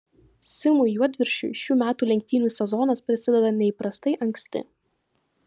simui juodviršiui šių metų lenktynių sezonas prasideda neįprastai anksti